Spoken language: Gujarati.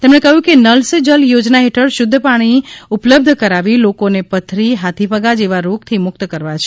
તેમણે કહ્યું કે નલ સે જલ યોજના હેઠળ શુદ્ધ પાણી ઉપલબ્ધ કરાવી લોકોને પથરી હાથીપગા જેવા રોગથી મુક્ત કરવા છે